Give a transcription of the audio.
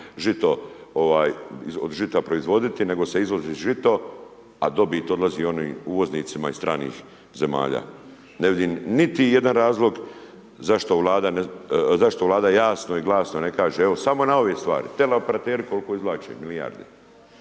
od žita proizvoditi, nego se izvozi žito, a dobit odlazi onim uvoznicima iz stranih zemalja. Ne vidim niti jedan razlog, zašto vlada jasno i glasno ne kaže, evo samo na ove stvari, teleoparetri, koliko izvlače, milijarde.